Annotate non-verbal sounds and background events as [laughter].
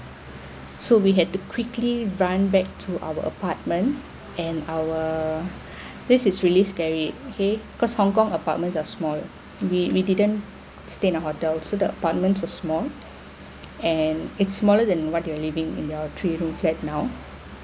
so we had to quickly run back to our apartment and our [breath] this is really scary okay cause hong kong apartments are small we we didn't stay in a hotel so the apartment were small and it's smaller than what you are living in your three room flat now